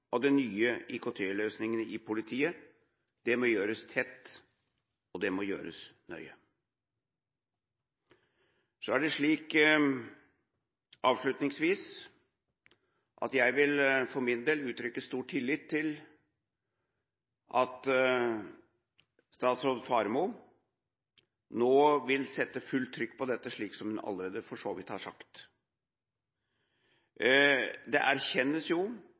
nye IKT-løsningene i politiet. Det må gjøres tett, og det må gjøres nøye. Avslutningsvis vil jeg for min del uttrykke stor tillit til at statsråd Faremo nå vil sette fullt trykk på dette, slik hun for så vidt allerede har sagt. Det erkjennes